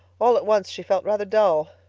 all at once she felt rather dull.